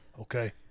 okay